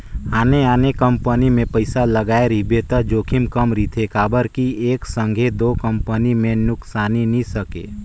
आने आने कंपनी मे पइसा लगाए रहिबे त जोखिम कम रिथे काबर कि एक संघे दो जम्मो कंपनी में नुकसानी नी सके